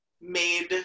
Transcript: made